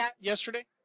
Yesterday